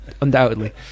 undoubtedly